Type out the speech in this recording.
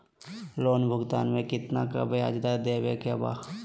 Loan भुगतान में कितना का ब्याज दर देवें के बा?